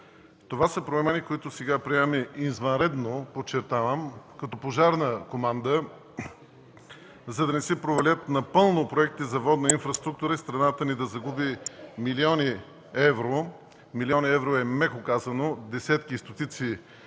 Това са промени, които сега приемаме извънредно – подчертавам, като пожарна команда, за да не се провалят напълно проектите за водна инфраструктура и страната ни да загуби милиони евро. „Милиони евро” е меко казано, десетки и стотици